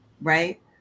right